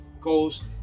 goes